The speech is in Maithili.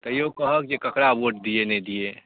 तैओ कहक जे ककरा वोट दिए नहि दिए